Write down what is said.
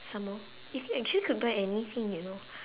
some more you could actually you could buy anything you know